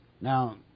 Now